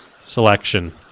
selection